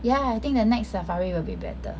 ya I think the night safari will be better